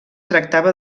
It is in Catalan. tractava